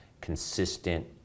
consistent